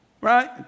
right